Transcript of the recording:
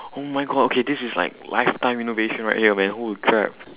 oh my god okay this is like lifetime innovation right here man holy crap